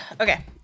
Okay